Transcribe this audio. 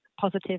positive